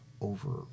over